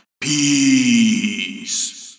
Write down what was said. Peace